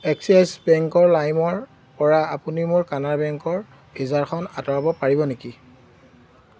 axis bank লাইমৰ পৰা আপুনি মোৰ কানাড়া বেংকৰ ভিজাখন আঁতৰাব পাৰিব নেকি